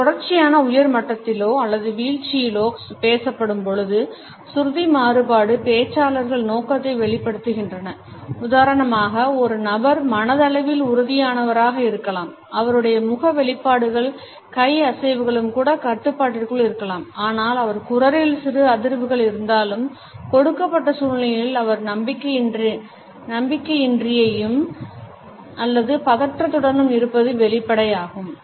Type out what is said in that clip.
அது தொடர்ச்சியான உயர் மட்டத்திலோ அல்லது வீழ்ச்சியிலோ பேசப்படும் பொழுது சுருதி மாறுபாடு பேச்சாளர் நோக்கத்தை வெளிப்படுத்துகிறது உதாரணமாக ஒரு நபர் மனதளவில் உறுதியானவராக இருக்கலாம் அவருடைய முக வெளிப்பாடுகளும் கை அசைவுகளும் கூட கட்டுப்பாட்டிற்குள் இருக்கலாம் ஆனால் அவர் குரலில் சிறு அதிர்வுகள் இருந்தாலும் கொடுக்கப்பட்ட சூழ்நிலையில் அவர் நம்பிக்கையின்றியும் அல்லது பதற்றத்துடனும் இருப்பது வெளிப்படையாகும்